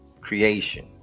creation